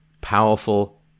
powerful